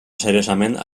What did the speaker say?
seriosament